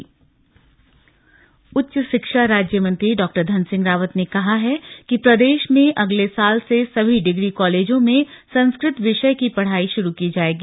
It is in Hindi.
संस्कृत संगोष्ठी उच्च शिक्षा राज्यमंत्री डा धन सिंह रावत ने कहा है कि प्रदेश में अगले साल से सभी डिग्री कॉलेजों में संस्कृत विषय की पढाई शुरु की जाएगी